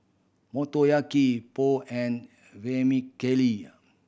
Motoyaki Pho and Vermicelli